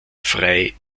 frei